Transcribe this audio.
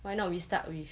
why not we start with